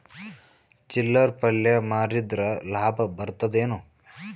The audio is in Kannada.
ಚಿಲ್ಲರ್ ಪಲ್ಯ ಮಾರಿದ್ರ ಲಾಭ ಬರತದ ಏನು?